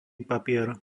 papier